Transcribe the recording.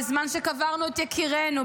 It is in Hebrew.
בזמן שקברנו את יקירינו,